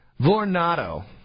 Vornado